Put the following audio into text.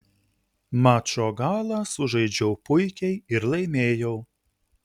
mačo galą sužaidžiau puikiai ir laimėjau